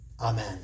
amen